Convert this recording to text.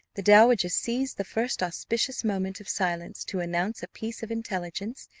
the dowager seized the first auspicious moment of silence to announce a piece of intelligence,